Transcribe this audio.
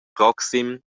proxim